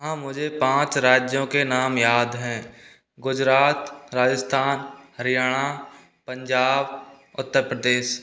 हाँ मुझे पाँच राज्यों के नाम याद हैं गुजरात राजस्थान हरियाणा पंजाब उत्तर प्रदेश